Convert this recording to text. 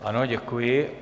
Ano, děkuji.